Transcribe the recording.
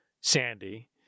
Sandy